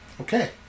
Okay